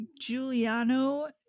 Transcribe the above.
Giuliano